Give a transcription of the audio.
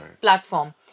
platform